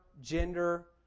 gender